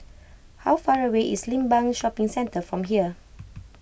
how far away is Limbang Shopping Centre from here